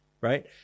right